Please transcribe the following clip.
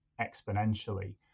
exponentially